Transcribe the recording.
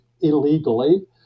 illegally